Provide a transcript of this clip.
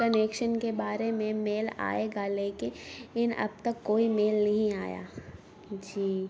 connection کے بارے میں میل آئے گا لیک ان اب تک کوئی میل نہیں آیا جی